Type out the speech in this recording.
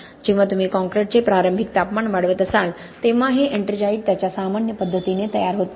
जेव्हा तुम्ही कॉंक्रिटचे प्रारंभिक तापमान वाढवत असाल तेव्हा हे एट्रिंजाइट त्याच्या सामान्य पद्धतीने तयार होत नाही